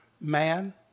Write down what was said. man